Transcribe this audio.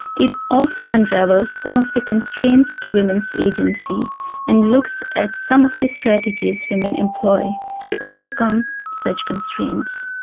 it also unravels some of the constraints to women's agency and looks at some of the strategies women employ to overcome such constraints.